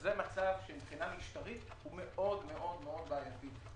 וזה מצב שמבחינה משטרית הוא מאוד מאוד מאוד בעייתי.